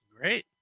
Great